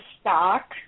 stock